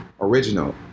original